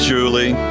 Julie